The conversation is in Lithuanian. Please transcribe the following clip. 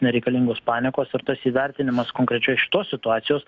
nereikalingos panikos ar tas įvertinimas konkrečiai šitos situacijos